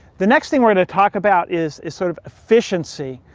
the next thing we're gonna talk about is is sort of efficiency,